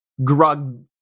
Grug